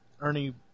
Ernie